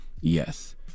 Yes